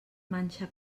manxa